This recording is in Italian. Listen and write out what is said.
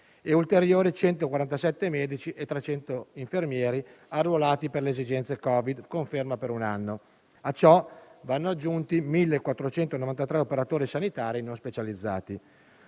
e ulteriori 147 medici e 300 infermieri arruolati per le esigenze Covid con ferma per un anno. A ciò vanno aggiunti 1.493 operatori sanitari non specializzati.